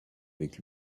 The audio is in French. avec